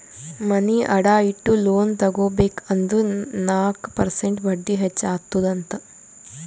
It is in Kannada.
ಮನಿ ಅಡಾ ಇಟ್ಟು ಲೋನ್ ತಗೋಬೇಕ್ ಅಂದುರ್ ನಾಕ್ ಪರ್ಸೆಂಟ್ ಬಡ್ಡಿ ಹೆಚ್ಚ ಅತ್ತುದ್ ಅಂತ್